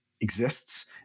exists